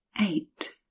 eight